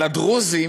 על הדרוזים: